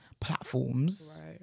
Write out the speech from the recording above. platforms